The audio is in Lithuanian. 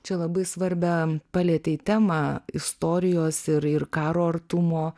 čia labai svarbią palietei temą istorijos ir ir karo artumo